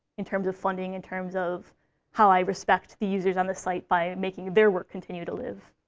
in terms of funding, in terms of how i respect the users on the site by making their work continue to live.